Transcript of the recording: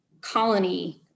colony